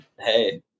hey